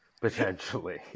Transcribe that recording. Potentially